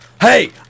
Hey